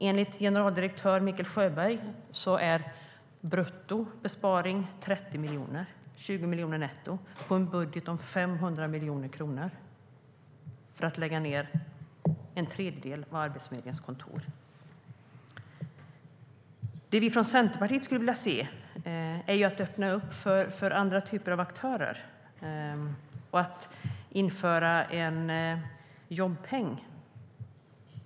Enligt generaldirektör Mikael Sjöberg är besparingen 30 miljoner brutto och 20 miljoner netto - i en budget på 500 miljoner kronor - för att lägga ned en tredjedel av Arbetsförmedlingens kontor. Det vi från Centerpartiet skulle vilja se är att man öppnar upp för andra typer av aktörer och inför en jobbpeng.